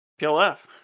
PLF